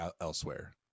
elsewhere